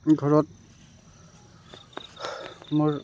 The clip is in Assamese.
ঘৰত মোৰ